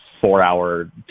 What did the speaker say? four-hour